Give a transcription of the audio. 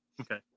Okay